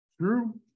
True